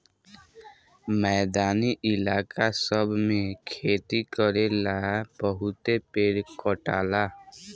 मैदानी इलाका सब मे खेती करेला बहुते पेड़ कटाला